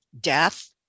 death